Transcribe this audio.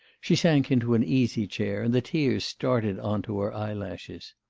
she sank into an easy chair, and the tears started on to her eyelashes.